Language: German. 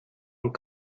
und